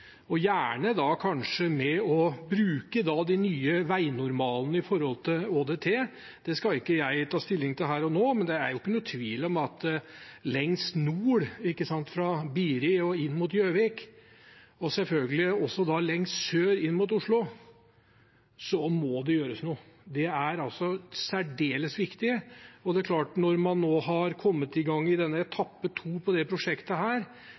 skal ikke jeg ta stilling til her og nå, men det er ingen tvil om at lengst nord, fra Biri og inn mot Gjøvik, og selvfølgelig også lengst sør, inn mot Oslo, må det gjøres noe. Det er særdeles viktig, og når man nå har kommet i gang med etappe 2 på dette prosjektet,